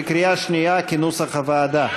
בקריאה שנייה, כנוסח הוועדה.